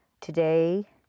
today